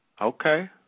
Okay